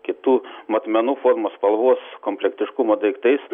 kitų matmenų formos spalvos komplektiškumo daiktais